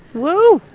woo.